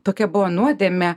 tokia buvo nuodėmė